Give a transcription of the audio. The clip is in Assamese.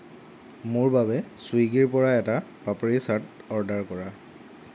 মোৰ বাবে ছুইগীৰ পৰা এটা পাপৰি চাট অৰ্ডাৰ কৰা